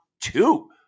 two